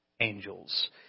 angels